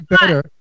better